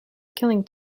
killing